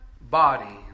body